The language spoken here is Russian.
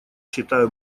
считаю